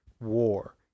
war